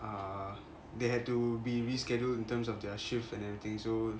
uh they had to be rescheduled in terms of their shifts and everything so